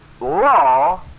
Law